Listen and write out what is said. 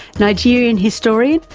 nigerian historian,